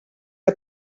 que